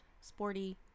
sporty